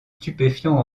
stupéfiants